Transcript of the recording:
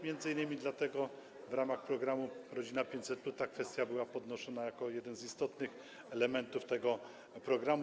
Między innymi dlatego w ramach programu „Rodzina 500+” ta kwestia była podnoszona jako jeden z istotnych elementów tego programu.